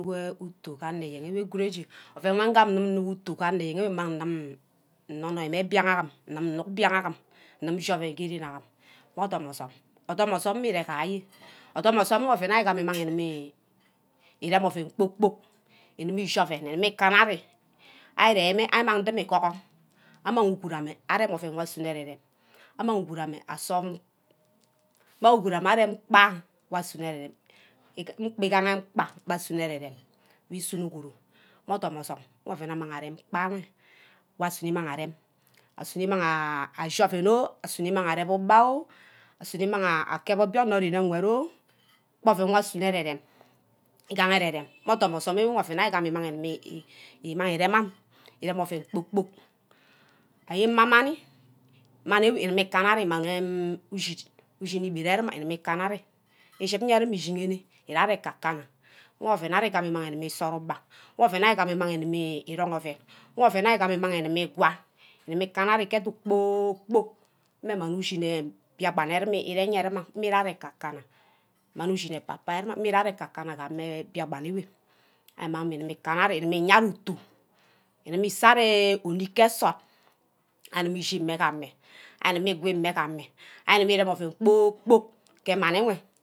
Ouen wor ngam nguma nnuck utu gee anor eyen ke guru echi, ouen wor ngam ngumu nnuck utu ge anor eyene mmang nnoi- noi mmeh mbianga agim, inip ishi ouen ge rem agim meh odum osume, osume wor ire-gaje, odum osume mmigaha ouen wor ári gima erem ouen kpor-kpork inimi echi ouen, igimi ikana ari, ari rear mi meh mmi gohor amang uguru ameh arep ouen wor asuno arear- rem, mkpa igaha mkpa va asuno ere-rem we sunor uguru odum osum wor ouen amang arem, osuno imangha ashi ouen oh, asunoi imang arep ugba oh, asuno imangha aseh obionor ke ren ngwed oh, gba ouen wor asuno ere-rem igaha ere-rem meh odum osun ewe mmigaha ouen wor iremi irem amin irem ouen kpor-kpork, ayenma mami mani ugumi ikana ari gubeh imangi ishik, ishik ikena ari ishid nna wor ari jigereh, ire ari kekana meh ouen ari kekena isara ugba, meh ari gumah irong ouen, wor ouen wor ari gimeh igwa idimi kana ari ke kana kpor-kpork mmeh mang ushineh biakpan ewe geyeh ruma ke ekakana gameh enwe ari gumeh ikana igumi iyeah ari ufu, igimi saghari igid gee nsort ari gumeh ishi geh amah, ari guma irem ouen kpor-kpork gee mani enwe